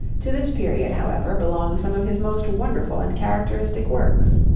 to this period, however, belong some of his most wonderful and characteristic works.